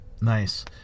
Nice